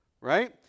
right